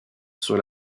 sur